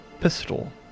pistol